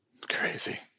Crazy